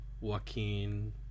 Joaquin